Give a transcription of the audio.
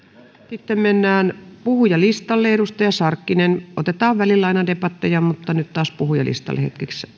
sitten mennään puhujalistalle otetaan välillä aina debatteja mutta nyt taas puhujalistalle hetkeksi